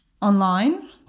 online